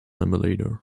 emulator